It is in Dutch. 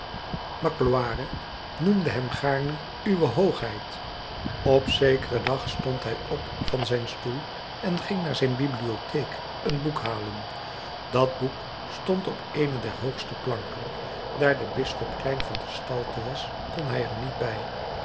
magloire noemde hem gaarne uwe hoogheid op zekeren dag stond hij op van zijn stoel en ging naar zijn bibliotheek een boek halen dat boek stond op eene der hoogste planken daar de bisschop klein van gestalte was kon hij er niet bij